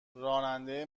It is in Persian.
راننده